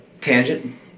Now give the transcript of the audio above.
Tangent